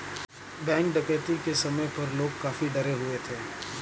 bank डकैती के समय पर लोग काफी डरे हुए थे